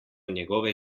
njegove